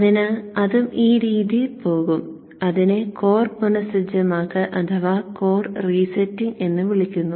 അതിനാൽ ഇതും ഈ രീതിയിൽ പോകും ഇതിനെ കോർ പുനഃസജ്ജമാക്കൽ എന്ന് വിളിക്കുന്നു